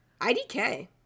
idk